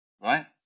right